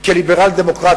כי בסופו של דבר האיכות קובעת,